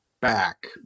back